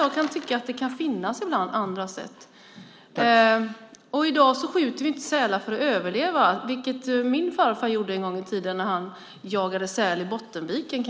Jag kan tycka att det kan finnas andra sätt ibland. I dag skjuter vi inte sälar för att överleva, vilket min farfar gjorde en gång i tiden när han jagade säl i Bottenviken.